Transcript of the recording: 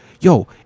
yo